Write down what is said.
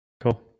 cool